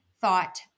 thought